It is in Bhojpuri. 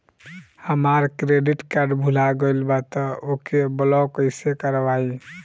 हमार क्रेडिट कार्ड भुला गएल बा त ओके ब्लॉक कइसे करवाई?